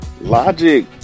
Logic